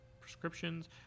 prescriptions